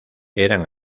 eran